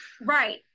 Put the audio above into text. right